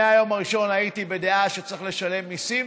מהיום הראשון הייתי בדעה שצריך לשלם מיסים,